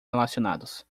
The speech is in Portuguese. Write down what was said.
relacionados